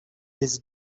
this